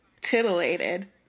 Titillated